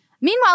Meanwhile